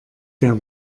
der